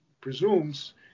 presumes